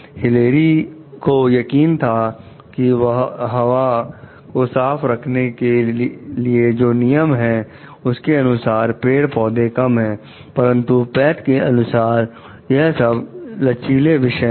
Hillary को यकीन था कि हवा को साफ रखने के जो नियम है उसके अनुसार पेड़ पौधे कम है परंतु पैट के अनुसार यह सब लचीले विषय हैं